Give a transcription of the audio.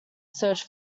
search